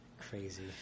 Crazy